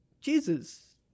Jesus